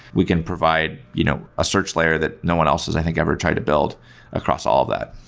we can provide you know a search layer that no one else is i think ever tried to build across all of that.